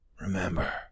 Remember